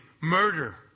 Murder